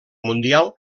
mundial